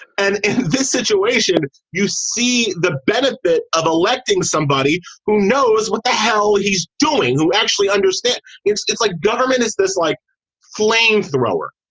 and this situation, you see the benefit of electing somebody who knows what the hell he's doing. who actually understand it's just like government. is this like flame thrower?